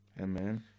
Amen